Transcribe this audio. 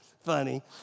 funny